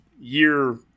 year